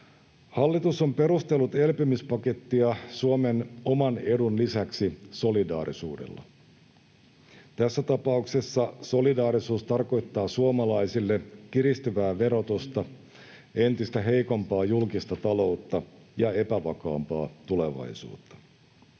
Hallitus on perustellut elpymispakettia Suomen oman edun lisäksi solidaarisuudella. Tässä tapauksessa solidaarisuus tarkoittaa suomalaisille kiristyvää verotusta, entistä heikompaa julkista taloutta ja epävakaampaa tulevaisuutta.